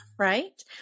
Right